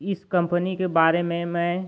इस कम्पनी के बारे में मैं